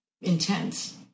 intense